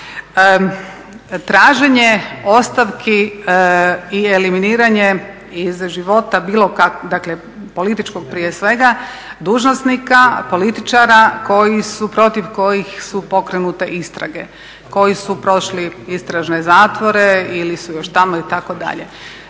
traženje ostavki i eliminiranje iz života bilo kakvog, dakle političkog prije svega dužnosnika, političara koji su, protiv kojih su pokrenute istrage, koji su prošli istražne zatvore ili su još tamo itd..